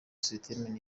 system